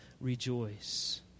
rejoice